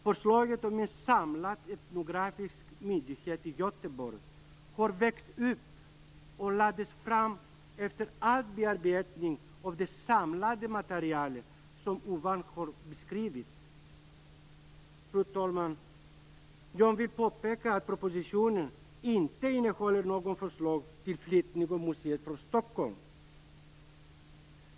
Förslaget om en samlad etnografisk myndighet i Göteborg har växt fram. Det lades fram efter bearbetning av det samlade material som ovan har beskrivits. Fru talman! Jag vill påpeka att propositionen inte innehåller något förslag till flyttning av museer från Stockholm.